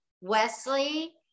Wesley